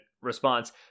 response